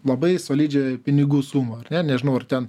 labai solidžią pinigų sumą ar ne nežinau ar ten